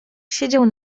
siedział